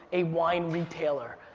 a wine retailer.